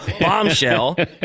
bombshell